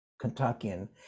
Kentuckian